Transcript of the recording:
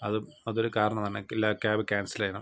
അത് അതൊരു കാരണമാണ് ല ക്യാബ് ക്യാൻസൽ ചെയ്യണം